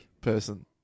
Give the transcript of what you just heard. person